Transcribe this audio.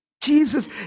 Jesus